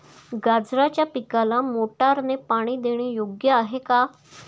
गाजराच्या पिकाला मोटारने पाणी देणे योग्य आहे का?